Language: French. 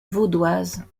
vaudoise